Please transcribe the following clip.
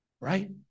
Right